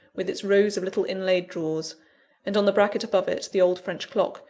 with its rows of little inlaid drawers and on the bracket above it the old french clock,